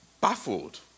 baffled